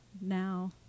now